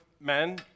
men